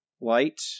light